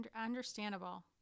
Understandable